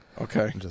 Okay